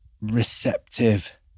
receptive